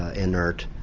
ah inert,